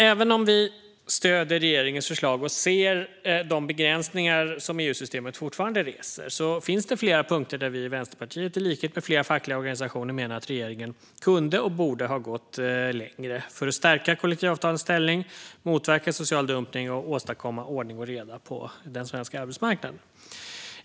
Även om vi stöder regeringens förslag och ser de begränsningar som EU-systemet fortfarande reser finns det flera punkter där vi i Vänsterpartiet i likhet med flera fackliga organisationer menar att regeringen kunde och borde ha gått längre för att stärka kollektivavtalens ställning, motverka social dumpning och åstadkomma ordning och reda på den svenska arbetsmarknaden.